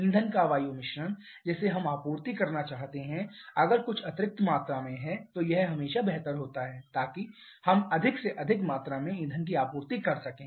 ईंधन का वायु मिश्रण जिसे हम आपूर्ति करना चाहते हैं अगर कुछ अतिरिक्त मात्रा में है तो यह हमेशा बेहतर होता है ताकि हम अधिक से अधिक मात्रा में ईंधन की आपूर्ति कर सकें